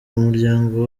umuryango